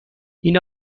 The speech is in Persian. این